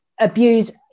abuse